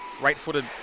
right-footed